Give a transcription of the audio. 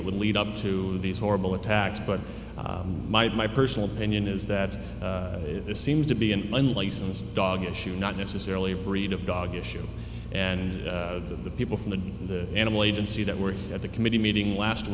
that would lead up to these horrible attacks but my personal opinion is that this seems to be an unlicensed dog issue not necessarily a breed of dog issue and that the people from the animal agency that were at the committee meeting last